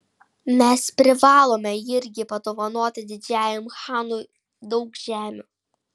mes privalome irgi padovanoti didžiajam chanui daug žemių